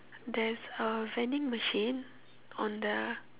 there's a vending machine on the